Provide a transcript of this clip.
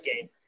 game